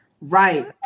Right